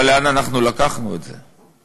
אבל לאן לקחנו את זה?